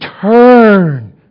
turn